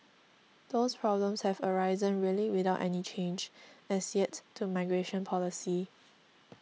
those problems have arisen really without any change as yet to migration policy